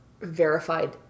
verified